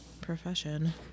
profession